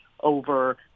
over